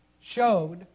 showed